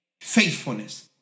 Faithfulness